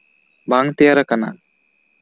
ᱵᱟᱝ ᱛᱮᱭᱟᱨ ᱟᱠᱟᱱᱟ